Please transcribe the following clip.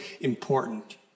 important